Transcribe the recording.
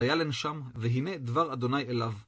היה לנשם, והנה דבר אדוני אליו.